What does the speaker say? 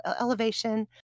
elevation